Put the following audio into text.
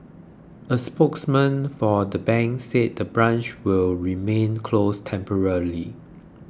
a spokesman for the bank said the branch will remain closed temporarily